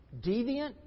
deviant